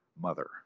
mother